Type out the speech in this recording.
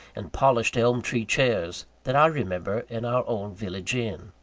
and polished elm tree chairs, that i remember in our own village inn.